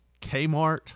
Kmart